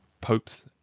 popes